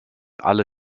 alle